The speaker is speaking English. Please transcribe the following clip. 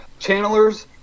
Channelers